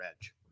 edge